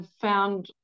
found